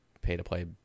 pay-to-play